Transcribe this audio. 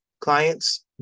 clients